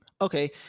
Okay